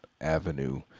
avenue